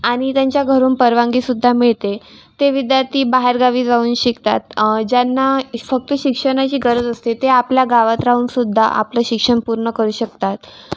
आणि त्यांच्या घरून परवानगीसुद्धा मिळते ते विद्यार्थी बाहेरगावी जाऊन शिकतात ज्यांना फक्त शिक्षणाची गरज असते ते आपल्या गावात राहूनसुद्धा आपलं शिक्षण पूर्ण करू शकतात